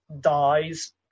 dies